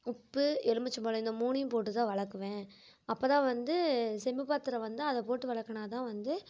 உப்பு எலுமிச்சைம்பழம் இந்த மூணையும் போட்டு தான் விலக்குவேன் அப்போதான் வந்து செம்பு பாத்திரம் வந்து அதை போட்டு விலக்குனா தான் வந்து